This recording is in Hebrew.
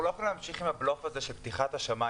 אנחנו לא יכולים להמשיך עם הבלוף הזה של פתיחת השמיים,